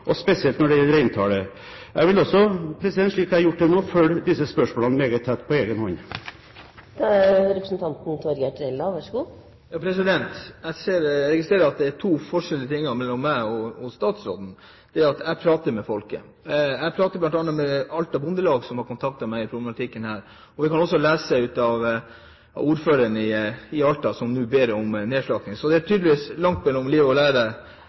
spesielt når det gjelder reintallet. Jeg vil også, slik jeg har gjort det til nå, følge opp disse spørsmålene meget tett på egen hånd. Jeg registrerer at det er forskjell på meg og statsråden, og forskjellen er at jeg prater med folket. Jeg har pratet med bl.a. Alta Bondelag, som har kontaktet meg om denne problematikken, og jeg kan også lese at ordføreren i Alta nå ber om nedslakting. Så det er tydeligvis langt mellom liv og lære